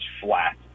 flat